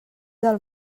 del